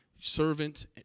servant